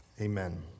amen